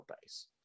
base